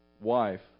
wife